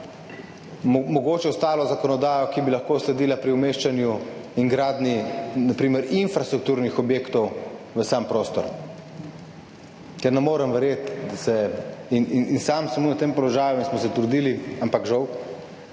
za ostalo zakonodajo, ki bi lahko sledila pri umeščanju in gradnji na primer infrastrukturnih objektov v sam prostor, ker ne morem verjeti, da se, tudi sam sem bil na tem položaju in smo se trudili, ampak žal